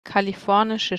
kalifornische